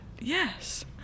Yes